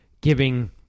giving